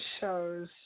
shows